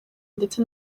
ndetse